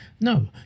No